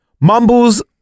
Mumbles